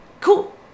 cool